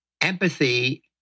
empathy